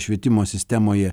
švietimo sistemoje